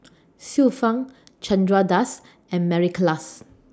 Xiu Fang Chandra Das and Mary Klass